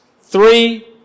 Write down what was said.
Three